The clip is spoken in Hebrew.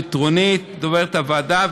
דוברת הוועדה,